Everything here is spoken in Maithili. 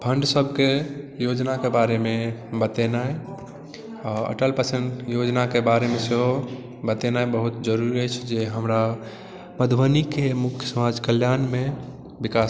फंड सबके योजना के बारे मे बतेनाइ अटल फसल योजना के बारे मे सेहो बतेनाइ बहुत जरूरी अछि जे हमरा मधुबनी के मुख्य समाज कल्याण मे विकास